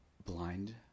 Blind